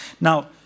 Now